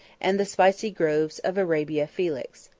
and the spicy groves of arabia felix.